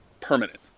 permanent